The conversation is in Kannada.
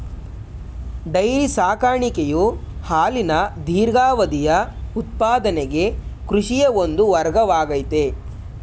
ಡೈರಿ ಸಾಕಾಣಿಕೆಯು ಹಾಲಿನ ದೀರ್ಘಾವಧಿಯ ಉತ್ಪಾದನೆಗೆ ಕೃಷಿಯ ಒಂದು ವರ್ಗವಾಗಯ್ತೆ